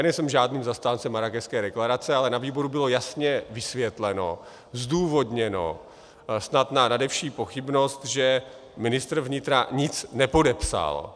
Nejsem žádným zastáncem Marrákešské deklarace, ale na výboru bylo jasně vysvětleno, zdůvodněno, snad na nade vši pochybnost, že ministr vnitra nic nepodepsal.